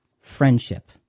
friendship